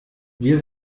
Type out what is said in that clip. wir